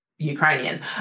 Ukrainian